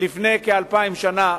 לפני כאלפיים שנה,